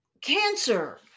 Cancer